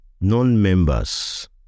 non-members